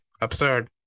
absurd